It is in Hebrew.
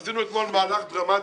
עשינו את מול מהלך דרמטי.